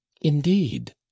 indeed